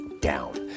down